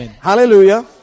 Hallelujah